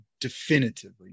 definitively